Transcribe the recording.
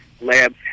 lab's